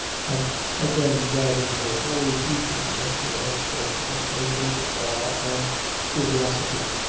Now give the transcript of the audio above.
and again gathered her whole features into an expression of mingled awe and curiosity.